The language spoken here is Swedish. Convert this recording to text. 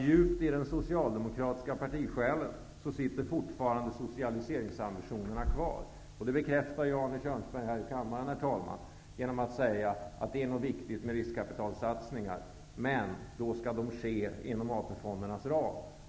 Djupt i den socialdemokratiska partisjälen finns ännu socialiseringsambitionerna kvar, vilket Arne Kjörnsberg bekräftar genom att säga att det visserligen är viktigt med riskkapitalsatsningar men att dessa skall ske inom AP-fondernas ram.